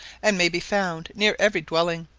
and may be found near every dwelling.